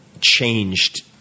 changed